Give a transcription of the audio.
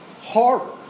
horror